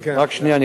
רק שנייה,